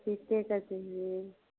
पपीते का चाहिए